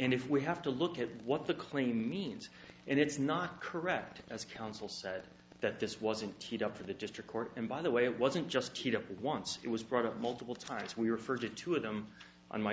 and if we have to look at what the clean means and it's not correct as counsel said that this wasn't teed up for the district court and by the way it wasn't just teed up once it was brought up multiple times we refer to two of them on my